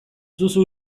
duzu